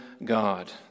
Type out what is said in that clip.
God